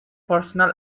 personal